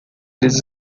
eles